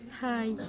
Hi